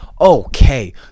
Okay